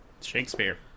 Shakespeare